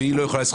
לא.